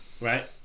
Right